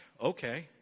okay